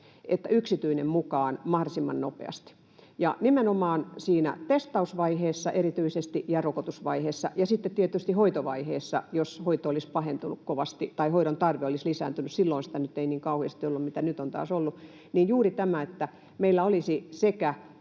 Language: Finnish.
että yksityinen mukaan mahdollisimman nopeasti ja erityisesti siinä testausvaiheessa ja rokotusvaiheessa, ja sitten tietysti hoitovaiheessa, jos hoidon tarve olisi lisääntynyt. Silloin sitä ei niin kauheasti ollut, mitä nyt on taas ollut. Eli juuri tämä, että meillä olisi sekä